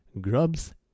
grubs